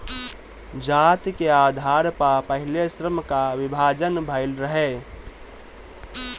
जाति के आधार पअ पहिले श्रम कअ विभाजन भइल रहे